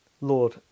Lord